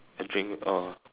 a drink orh